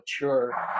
mature